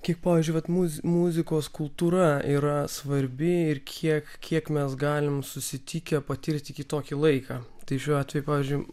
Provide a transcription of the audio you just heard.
kaip pavyzdžiui vat mu muzikos kultūra yra svarbi ir kiek kiek mes galim susitikę patirti kitokį laiką tai šiuo atveju pavyzdžiui